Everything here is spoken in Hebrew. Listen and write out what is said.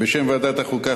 בשם ועדת החוקה,